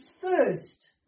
first